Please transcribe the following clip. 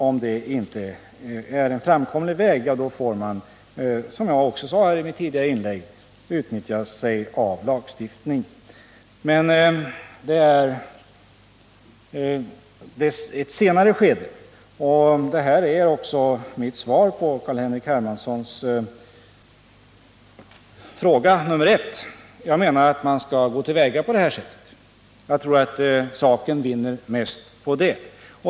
Om detta inte är en framkomlig väg får man —- som jag sade i mitt tidigare inlägg — använda sig av lagstiftning. Detta blir emellertid aktuellt först i ett senare skede. Det här är också mitt svar på Carl Henrik Hermanssons fråga nummer ett. Jag menar att man skall gå till väga på detta sätt, eftersom jag tror att saken vinner mest på det.